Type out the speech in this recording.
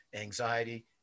anxiety